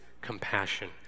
compassion